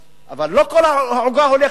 אבל לא כל העוגה הולכת אליהם.